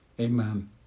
Amen